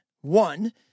One